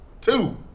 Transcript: Two